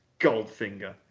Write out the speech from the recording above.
Goldfinger